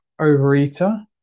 overeater